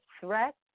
threats